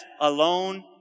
alone